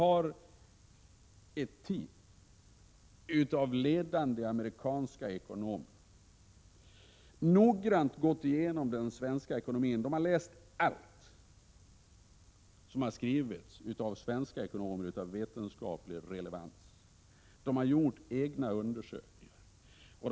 Ett team av ledande amerikanska ekonomer har noggrant gått igenom den svenska ekonomin. De har läst allt som har skrivits av svenska ekonomer av vetenskaplig relevans, och de har gjort egna undersökningar.